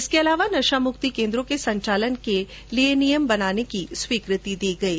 इसके अलावा नशा मुक्ति केन्द्रों के संचालन के लिए नियम बनाने की स्वीकृति दी है